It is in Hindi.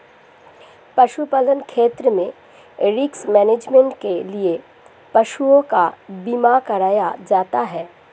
पशुपालन क्षेत्र में रिस्क मैनेजमेंट के लिए पशुओं का बीमा कराया जाता है